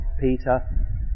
Peter